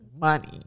money